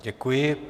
Děkuji.